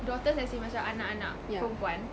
daughters as in macam anak anak perempuan